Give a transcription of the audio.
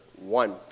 one